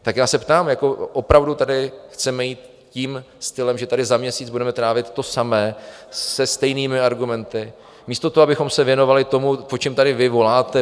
Tak já se ptám: Opravdu tady chceme jít tím stylem, že tady za měsíc budeme trávit to samé se stejnými argumenty místo toho, abychom se věnovali tomu, po čem tady vy voláte?